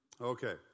Okay